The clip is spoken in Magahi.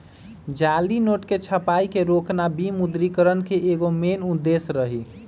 जाली नोट के छपाई के रोकना विमुद्रिकरण के एगो मेन उद्देश्य रही